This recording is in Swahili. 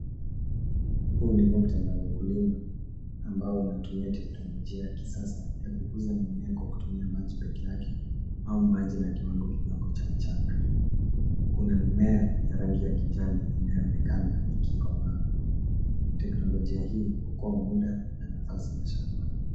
Huu ni muktadha wa ukulima ambao unatumia teknolojia ya kisasa ya kukuza mimea kwa kutumia maji peke yake au maji na kiwango kidogo cha mchanga. Kuna mimea ya rangi ya kijani inayoonekana ikikomaa. Teknolojia hii inaokoa muda na nafasi kwa shamba.